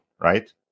right